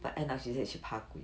but end up she say she 怕鬼